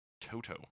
toto